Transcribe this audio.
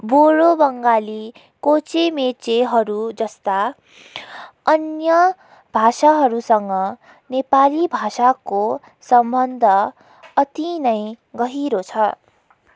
बोडो बङ्गाली कोचे मेचेहरू जस्ता अन्य भाषाहरूसँग नेपाली भाषाको सम्बन्ध अति नै गहिरो छ